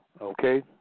Okay